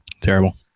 Terrible